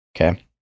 Okay